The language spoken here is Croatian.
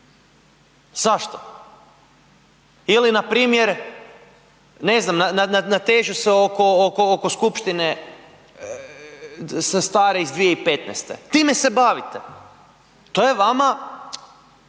Zašto? Ili npr. ne znam, natežu se oko skupštine sestara iz 2015. time se bavite, to je vama